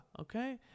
okay